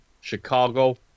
Chicago